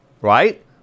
Right